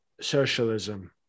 socialism